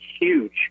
huge